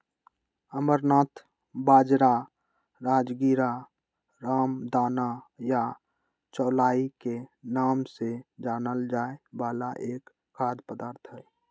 amaranth बाजरा, राजगीरा, रामदाना या चौलाई के नाम से जानल जाय वाला एक खाद्य पदार्थ हई